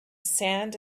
sand